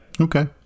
Okay